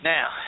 Now